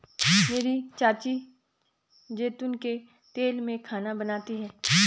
मेरी चाची जैतून के तेल में खाना बनाती है